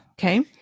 okay